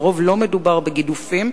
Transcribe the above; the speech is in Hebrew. לרוב לא מדובר בגידופים.